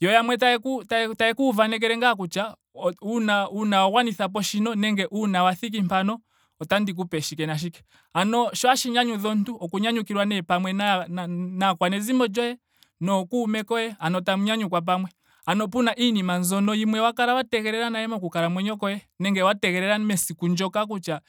Yo yamwe tayeku tayekuuvanekele ngee kutya uuna uuna wa gwanitha po shino nenge uuna wa thiki mpano. otandi ku pe shike nashike. Ano shi hashi nyanyudha omuntu oku nyanyukilwa nee pamwe na- naakwanezimo lyoye. nookume koye. ano tamu nyanyukwa pamwe. ano pena iinima yimwe mbyoka wa kala wa tegelela nale moku kalamwenyo koye nenge wa tegelela mesiku ndyoka kutya